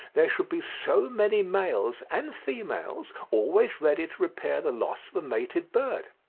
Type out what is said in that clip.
there should be so many males and females always ready to repair the loss of a mated bird.